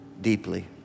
deeply